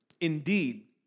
Indeed